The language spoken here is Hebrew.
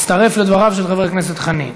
מצטרף לדבריו של חבר הכנסת חנין.